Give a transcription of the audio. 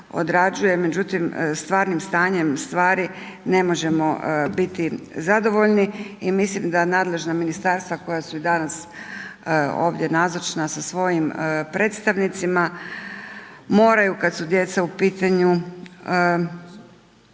međutim stvarnim stanjem stvari ne možemo biti zadovoljni i mislim da nadležna ministarstva koja su i danas ovdje nazočna sa svojim predstavnicima moraju kad su djeca u pitanju,